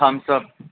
thumbs up